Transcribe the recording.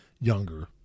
younger